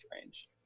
range